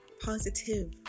positive